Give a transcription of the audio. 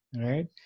Right